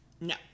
No